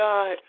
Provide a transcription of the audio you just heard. God